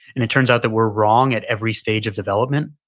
and it turns out that we're wrong at every stage of development.